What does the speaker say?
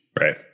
Right